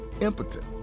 impotent